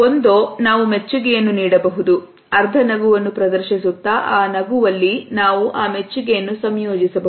ಒಂದು ನಾವು ಮೆಚ್ಚುಗೆಯನ್ನು ನೀಡಬಹುದು ಅರ್ಧ ನಗುವನ್ನು ಪ್ರದರ್ಶಿಸುತ್ತಾ ಆ ನಗುವಲ್ಲಿ ನಾವು ಆ ಮೆಚ್ಚುಗೆಯನ್ನು ಸಂಯೋಜಿಸಬಹುದು